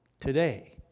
Today